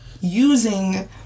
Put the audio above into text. using